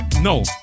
No